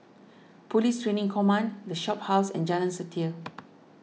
Police Training Command the Shophouse and Jalan Setia